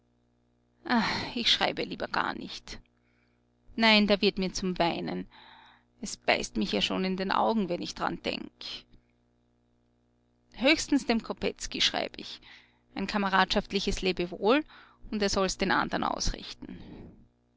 ich schreib ihr lieber gar nicht nein da wird mir zum weinen es beißt mich ja schon in den augen wenn ich d'ran denk höchstens dem kopetzky schreib ich ein kameradschaftliches lebewohl und er soll's den andern ausrichten